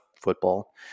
football